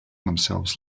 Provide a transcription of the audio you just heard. themselves